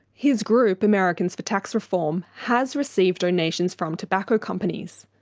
his group, americans for tax reform, has received donations from tobacco companies.